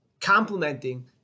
complementing